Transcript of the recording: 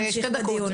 שתי דקות.